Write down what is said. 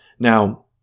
Now